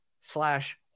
slash